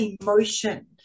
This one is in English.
emotion